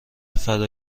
فدا